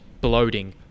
bloating